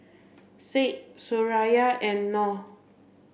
Said Suraya and Noh